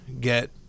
get